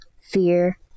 fear